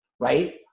right